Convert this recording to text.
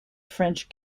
french